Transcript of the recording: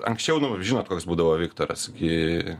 anksčiau nu žinot koks būdavo viktoras gi